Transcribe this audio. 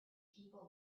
people